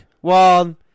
One